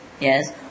yes